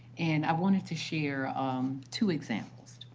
and i wanted to share um two examples.